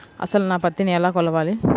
అసలు నా పత్తిని ఎలా కొలవాలి?